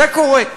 זה קורה.